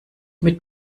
mit